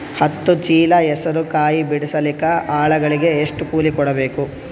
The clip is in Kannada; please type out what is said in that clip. ಹತ್ತು ಚೀಲ ಹೆಸರು ಕಾಯಿ ಬಿಡಸಲಿಕ ಆಳಗಳಿಗೆ ಎಷ್ಟು ಕೂಲಿ ಕೊಡಬೇಕು?